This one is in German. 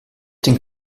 den